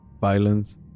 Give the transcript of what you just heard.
violence